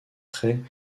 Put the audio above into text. très